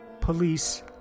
police